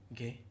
Okay